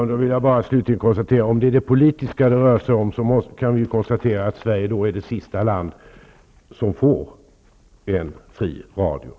Herr talman! Det lär finnas ytterligare några länder, men Sverige är ett av de allra sista länderna i världen som för en fri radio. Därför är det bråttom.